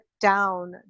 down